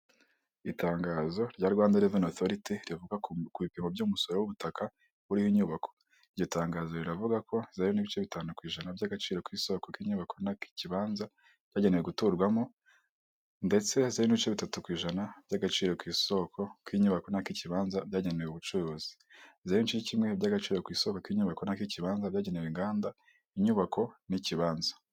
Itangazo rya Rwanda Reveni Otoriti rivuga ku bipimo by'umusoro w'ubutaka buriho inyubako, iryo tangazo riravuga ko zeru n'ibice bitanu ku ijana by'agaciro ku isoko ry'inyubako n'ak'ikibanza byagenewe guturwamo ndetsez'ibice bitatu ku ijana by'agaciro ku isoko k'inyubako n'ak'ikikibanza, byagenewe ubucuruzi, zeru n'igice kimwe iby'agaciro ku isoko k'inyubako n'akikibanza byagenewe inganda inyubako n'ikibanza.